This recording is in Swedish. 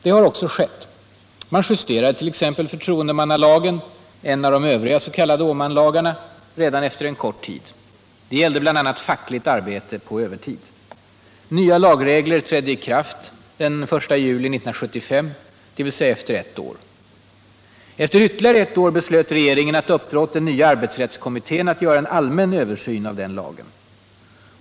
Det har också skett. Sålunda justerades förtroendemannalagen, en av de övriga s.k. Åmanlagarna, redan efter en kort tid. Det gällde bl.a. fackligt arbete på övertid. Nya lagregler trädde i kraft den 1 juli 1975, dvs. efter ett år. Efter ytterligare ett år beslöt regeringen att uppdra åt den nya arbetsrättskommittén att göra en allmän översyn av den lagen.